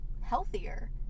healthier